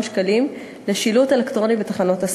שקלים לשילוט אלקטרוני בתחנות הסעה.